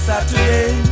Saturday